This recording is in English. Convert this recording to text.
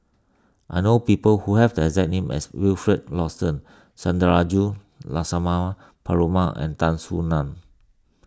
I know people who have the exact name as Wilfed Lawson Sundarajulu Lakshmana Perumal and Tan Soo Nan